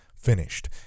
finished